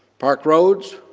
park roads,